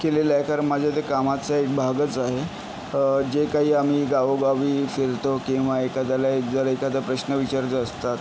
केलेला आहे कारण माझ्या ते कामाचा एक भागच आहे जे काही आम्ही गावोगावी फिरतो किंवा एखाद्याला एक जर एखादा प्रश्न विचारायचा असतात